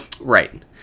Right